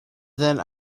then